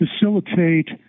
facilitate